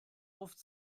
oft